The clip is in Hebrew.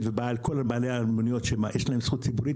וכל בעלי המוניות שיש להם זכות ציבורית,